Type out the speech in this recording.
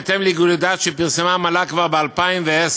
בהתאם לגילוי דעת שפרסמה המל"ג כבר ב-2010,